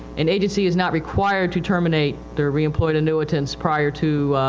an agency is not required to terminate their reemployed annuitants prior to,